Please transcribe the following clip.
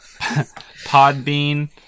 Podbean